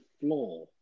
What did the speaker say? floor